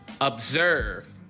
observe